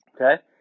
Okay